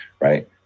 Right